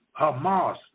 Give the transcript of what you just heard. Hamas